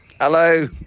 Hello